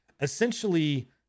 essentially